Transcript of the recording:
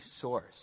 source